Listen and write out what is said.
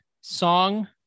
song